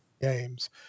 games